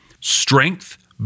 Strength